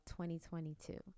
2022